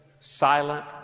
silent